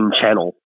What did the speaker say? channel